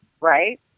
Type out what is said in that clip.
right